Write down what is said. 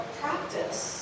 practice